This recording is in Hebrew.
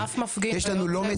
גם אף מפגין לא אומר,